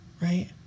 right